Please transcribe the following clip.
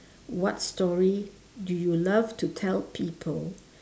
what story do you love to tell people